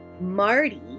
Marty